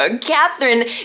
Catherine